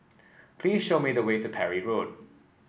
please show me the way to Parry Road